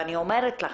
אני אומר לכם.